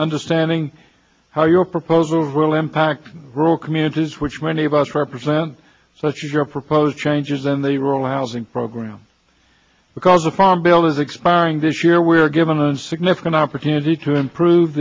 understanding how your proposals will impact rural communities which many of us represent such as your proposed changes and they were allows in program because the farm bill is expiring this year we're given a significant opportunity to improve